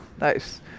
nice